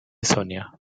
sonia